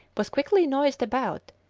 was quickly noised about,